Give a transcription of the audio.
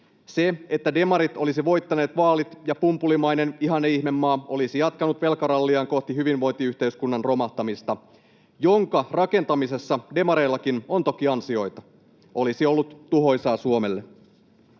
Se, että demarit olisivat voittaneet vaalit ja pumpulimainen ihanneihmemaa olisi jatkanut velkaralliaan kohti sen hyvinvointiyhteiskunnan romahtamista, jonka rakentamisessa demareillakin on toki ansioita, olisi ollut tuhoisaa Suomelle.